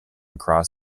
along